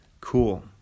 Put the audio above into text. Cool